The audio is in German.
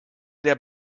der